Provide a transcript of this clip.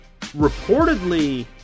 Reportedly